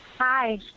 Hi